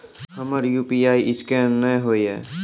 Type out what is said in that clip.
हमर UPI scan नेय हो या?